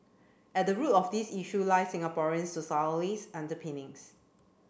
at the root of these issues lie Singaporeans's underpinnings